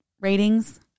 ratings